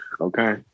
Okay